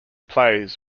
plays